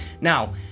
Now